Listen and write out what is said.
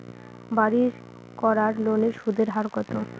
বাড়ির করার লোনের সুদের হার কত?